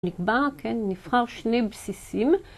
נקבע, כן, נבחר שני בסיסים.